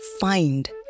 find